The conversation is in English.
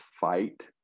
fight